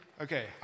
Okay